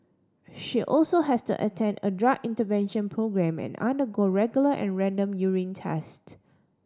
she also has to attend a drug intervention programme and undergo regular and random urine test